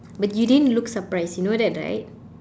but you didn't looked surprised you know that right